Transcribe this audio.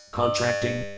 contracting